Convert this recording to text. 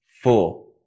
Four